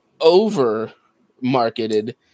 over-marketed